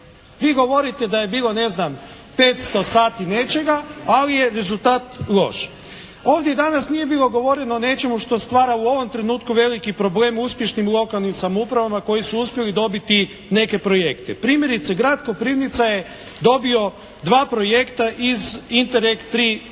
Vi govorite da je bilo ne znam 500 sati nečega, ali je rezultat loš. Ovdje danas nije bilo govoreno o nečemu što stvara u ovom trenutku veliki problem uspješnim lokalnim samoupravama koji su uspjeli dobiti neke projekte. Primjerice grad Koprivnica je dobio dva projekta iz "Interekt 3a".